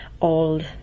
old